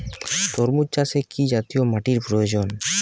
তরমুজ চাষে কি জাতীয় মাটির প্রয়োজন?